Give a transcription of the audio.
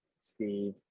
Steve